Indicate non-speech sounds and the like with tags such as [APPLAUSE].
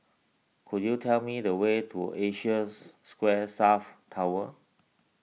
could you tell me the way to Asia [UNINTELLIGIBLE] Square South Tower